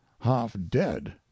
half-dead